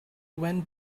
when